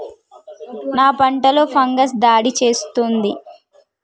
ఏ పంటలో ఫంగస్ దాడి చేస్తుంది?